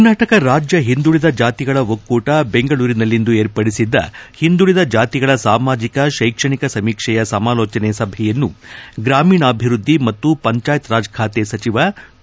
ಕರ್ನಾಟಕ ರಾಜ್ಯ ಹಿಂದುಳಿದ ಜಾತಿಗಳ ಒಕ್ಕೂಟ ಬೆಂಗಳೂರಿನಲ್ಲಿಂದು ಏರ್ಪಡಿಸಿದ್ದ ಹಿಂದುಳದ ಜಾತಿಗಳ ಸಾಮಾಜಕ ಶೈಕ್ಷಣಿಕ ಸಮೀಕ್ಷೆಯ ಸಮಾಲೋಚನೆ ಸಭೆಯನ್ನು ಗ್ರಾಮೀಣಾಭಿವೃದ್ದಿ ಮತ್ತು ಪಂಚಾಯತ್ ರಾಜ್ ಖಾತೆ ಸಚಿವ ಕೆ